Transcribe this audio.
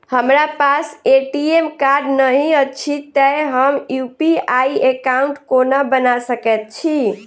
हमरा पास ATM card नहि अछि तए हम यु.पी.आई एकॉउन्ट कोना बना सकैत छी